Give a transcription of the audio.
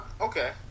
Okay